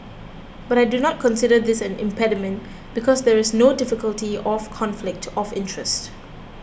but I do not consider this an impediment because there is no difficulty of conflict of interest